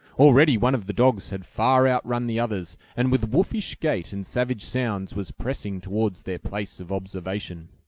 already one of the dogs had far outrun the others, and with wolfish gait and savage sounds, was pressing towards their place of observation.